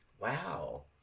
wow